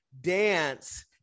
dance